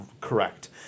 correct